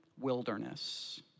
wilderness